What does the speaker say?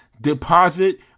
deposit